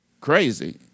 crazy